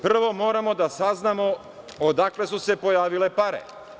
Prvo moramo da saznamo odakle su pojavile pare.